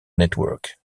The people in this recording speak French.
network